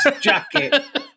jacket